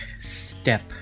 step